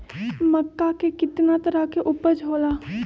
मक्का के कितना तरह के उपज हो ला?